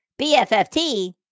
BFFT